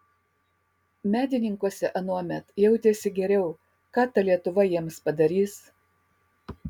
medininkuose anuomet jautėsi geriau ką ta lietuva jiems padarys